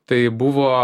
tai buvo